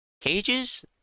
cages